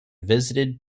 visited